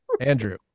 Andrew